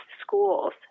schools